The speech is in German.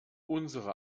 unsere